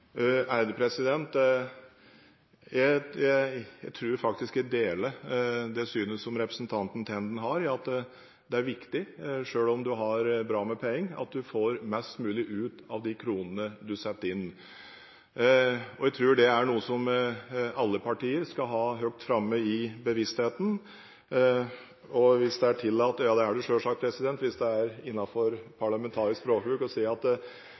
Jeg tror faktisk at jeg deler det synet som representanten Tenden har, at det er viktig – selv om man har bra med penger – at du får mest mulig ut av de kronene du setter inn. Jeg tror det er noe som alle partier skal ha langt framme i bevisstheten. Og hvis det er tillatt – det er det selvsagt, hvis det er innenfor parlamentarisk språkbruk – vil jeg si at